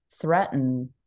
threaten